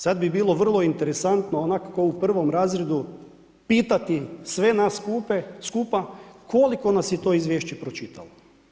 Sad bi bilo vrlo interesantno, onak ko u prvom razredu pitati sve nas skupa koliko nas je to izvješće pročitalo?